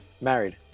Married